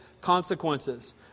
consequences